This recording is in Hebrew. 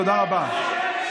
תודה רבה.